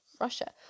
Russia